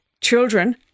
children